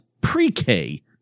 pre-K